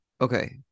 okay